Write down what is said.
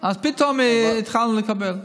אז פתאום התחלנו לקבל.